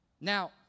Now